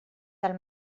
del